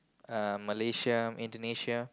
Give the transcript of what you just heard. um Malaysia Indonesia